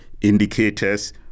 indicators